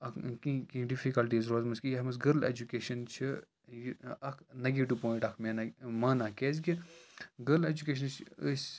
اَکھ کیٚنٛہہ کیٚنٛہہ ڈِفِکَلٹیٖز روزمٕژ کہِ یَتھ منٛز گٔرل اٮ۪جوکیشَن چھِ یہِ اَکھ نَگیٹِو پویِنٛٹ اَکھ مےٚ نَے مانا کیٛازِکہِ گٔرل اٮ۪جُکیشَنٕچ أسۍ